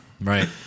Right